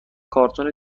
کارتن